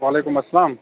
وعلیکُم اسلام